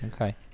Okay